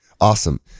Awesome